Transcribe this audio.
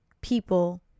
people